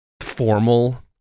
Formal